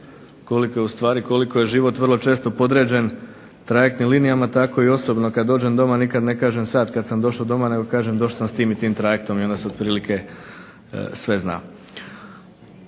koliko je ustvari koliko je život vrlo često podređen trajektnim linijama. Tako i osobno, kad dođem doma nikad ne kažem sat kad sam došao doma nego kažem došao sam s tim i tim trajektom i onda se otprilike sve zna.